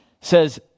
says